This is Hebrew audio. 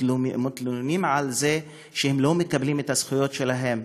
ומתלוננים על זה שהם לא מקבלים את הזכויות שלהם.